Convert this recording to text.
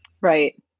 Right